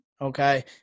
Okay